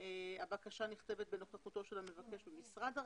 הבקשה נכתבת בנוכחותו של המבקש במשרד הרשות.